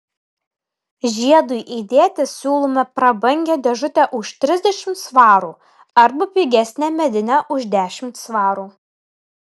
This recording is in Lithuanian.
žiedui įdėti siūlome prabangią dėžutę už trisdešimt svarų arba pigesnę medinę už dešimt svarų